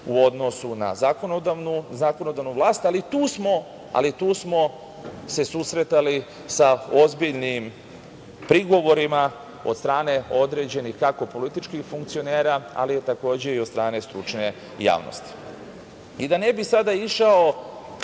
u odnosu na zakonodavnu vlast, ali tu smo se susretali sa ozbiljnim prigovorima od strane određenih kako političkih funkcionera, ali takođe i od strane stručne javnosti. Da ne bi sada išao,